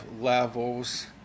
levels